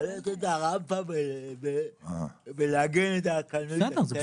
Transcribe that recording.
להעלות את הרמפה ולעגן את הקלנועית --- בסדר,